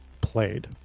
played